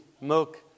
milk